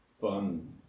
fun